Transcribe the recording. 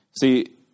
See